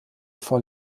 vor